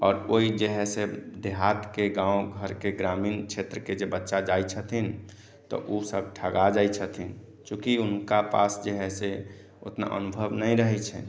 आओर कोइ जे है से देहात के गाँव घर के ग्रामीण क्षेत्र के जे बच्चा जाइ छथिन तऽ ओसब ठगा जाइ छथिन चूँकि हुनका पास जे है से उतना अनुभव नहि रहै छनि